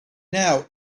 now